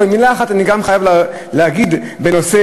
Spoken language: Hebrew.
אבל מילה אחת אני גם חייב להגיד בנושא